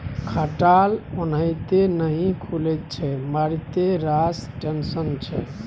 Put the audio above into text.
खटाल ओनाहिते नहि खुलैत छै मारिते रास टेंशन छै